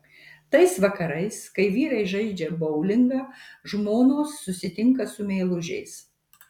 tais vakarais kai vyrai žaidžia boulingą žmonos susitinka su meilužiais